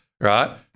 right